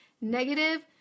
negative